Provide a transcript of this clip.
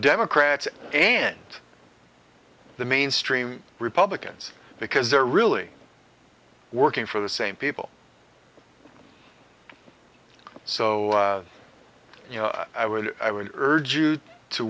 democrats and the mainstream republicans because they're really working for the same people so i would i would urge you to